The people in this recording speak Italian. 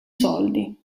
soldi